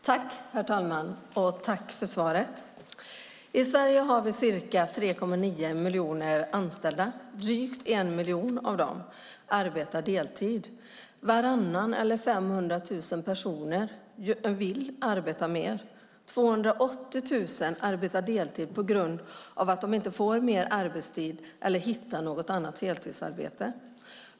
Herr talman! Jag tackar för svaret. I Sverige har vi ca 3,9 miljoner anställda. Drygt en miljon av dem arbetar deltid. Varannan, 500 000 personer, vill arbeta mer. 280 000 arbetar deltid på grund av att de inte får mer arbetstid eller hittar något heltidsarbete.